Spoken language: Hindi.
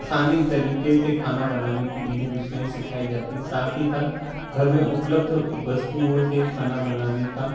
आसानी तरीके से खाना बनाने की विधि उसमें सिखाई जाती है साथ ही साथ घर में उपलब्ध वस्तुओं से खाना बनाने का